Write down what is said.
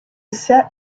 set